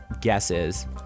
guesses